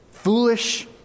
Foolish